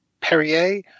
Perrier